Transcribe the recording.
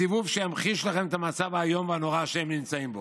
סיבוב שימחיש לכם את המצב האיום והנורא שהם נמצאים בו.